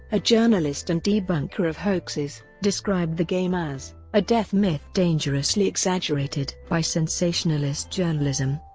a journalist and debunker of hoaxes, described the game as a death myth dangerously exaggerated by sensationalist journalism.